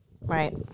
Right